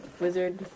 wizard